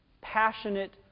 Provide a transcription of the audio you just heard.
passionate